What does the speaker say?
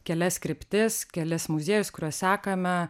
kelias kryptis kelis muziejus kuriuos sekame